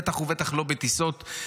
בטח ובטח לא בטיסות.